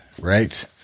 right